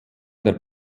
der